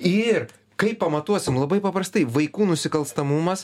ir kaip pamatuosim labai paprastai vaikų nusikalstamumas